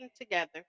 together